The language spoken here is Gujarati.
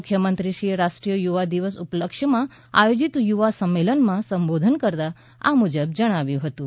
મુખ્યમંત્રીશ્રીએ રાષ્ટ્રીય યુવા દિવસ ઉપલક્ષ્યમાં આયોજિત યુવાસંમેલનમાં સંબોધન કરતા આ મુજબ જણાવ્યું હતું